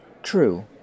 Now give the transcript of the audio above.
True